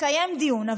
יתקיים דיון.